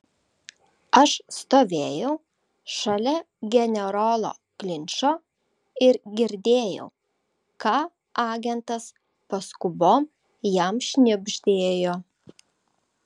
aš stovėjau šalia generolo klinčo ir girdėjau ką agentas paskubom jam šnibždėjo